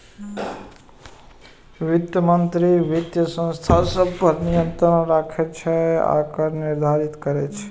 वित्त मंत्री वित्तीय संस्था सभ पर नियंत्रण राखै छै आ कर निर्धारित करैत छै